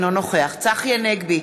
אינו נוכח צחי הנגבי,